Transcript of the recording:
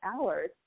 hours